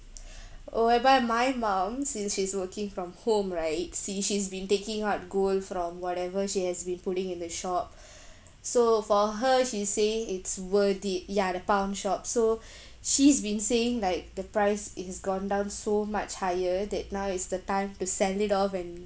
oh whereby my mom since she's working from home right since she's been taking out gold from whatever she has been putting in the shop so for her she saying it's worth it ya the pawn shop so she's been saying like the price is gone down so much higher that now is the time to sell it off and